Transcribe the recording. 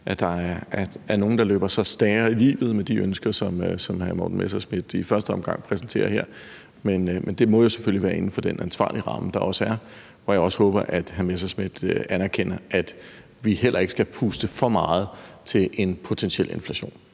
at der er nogle, der løber sig staver i livet med de ønsker, som hr. Morten Messerschmidt i første omgang præsenterer her. Men det må jo selvfølgelig være inden for den ansvarlige ramme, der også er, hvor jeg også håber at hr. Morten Messerschmidt anerkender at vi heller ikke skal puste for meget til en potentiel inflation.